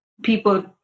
people